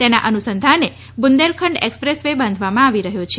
તેના અનુસંધાને Bundelkhand express way બાંધવામાં આવી રહ્યો છે